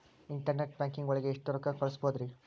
Internet banking ಒಳಗೆ ಎಷ್ಟ್ ರೊಕ್ಕ ಕಲ್ಸ್ಬೋದ್ ರಿ?